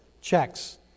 checks